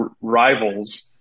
rivals